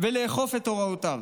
ולאכוף את הוראותיו.